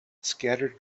scattered